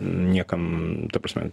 niekam ta prasme